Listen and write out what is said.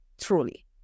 truly